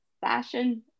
fashion